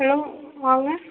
hello வாங்க